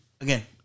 Again